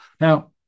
now